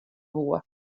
woe